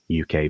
UK